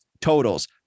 totals